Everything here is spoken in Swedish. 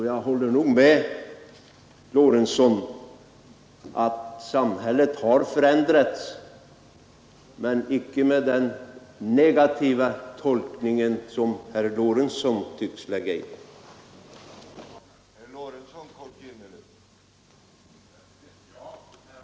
Jag håller med herr Lorentzon om att samhället har förändrats, men icke med den negativa tolkning som herr Lorentzon tycks lägga in i det.